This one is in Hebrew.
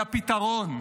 היא הפתרון.